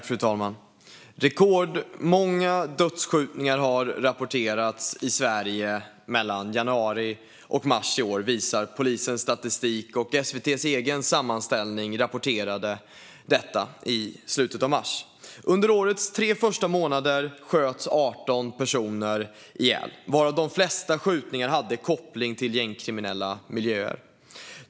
Fru talman! Rekordmånga dödsskjutningar har rapporterats i Sverige mellan januari och mars i år, visar polisens statistik och SVT:s egen sammanställning. Det rapporterade SVT i slutet av mars. Under årets tre första månader sköts 18 personer ihjäl, varav de flesta skjutningarna hade koppling till gängkriminella miljöer.